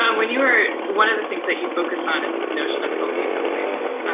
um when you were one of the things that you focus on is this notion of healthy buildings.